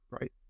right